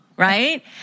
right